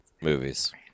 movies